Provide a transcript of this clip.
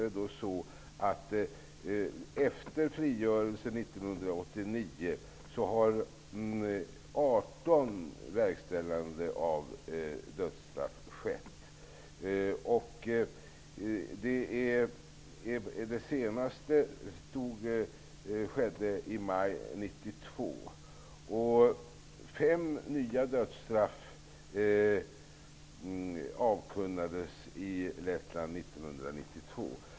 Efter frigörelsen 1989 har det skett 18 verkställanden av dödsstraff. Det senaste skedde i maj 1992. Fem nya dödsstraff avkunnades i Lettland 1992.